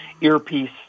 earpiece